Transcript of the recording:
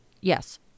Yes